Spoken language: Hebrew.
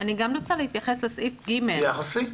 אני רוצה להתייחס לסעיף קטן 20ב(ג).